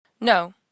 No